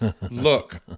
Look